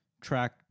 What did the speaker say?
track